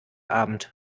abend